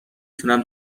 تونم